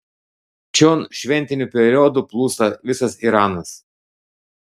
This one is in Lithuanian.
čion šventiniu periodu plūsta visas iranas